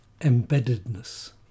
embeddedness